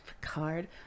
Picard